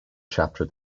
chapter